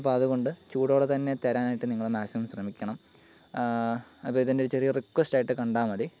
അപ്പോൾ അതുകൊണ്ട് ചൂടോടെ തന്നെ തരാനായിട്ട് നിങ്ങൾ മാക്സിമം ശ്രമിക്കണം അത് എൻ്റെ ഒരു ചെറിയ റിക്വസ്റ്റ് ആയിട്ട് കണ്ടാൽ മതി